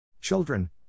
Children